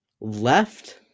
left